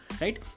right